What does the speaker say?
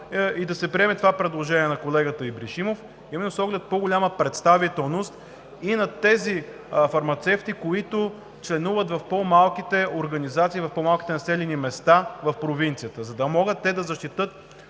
и да се приеме предложението на колегата Ибришимов, с оглед по-голямата представителност на тези фармацевти, които членуват в по-малките организации, в по-малките населени места в провинцията, за да могат те да защитят